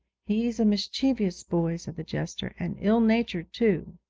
he's a mischievous boy said the jester, and ill-natured too